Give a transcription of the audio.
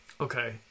Okay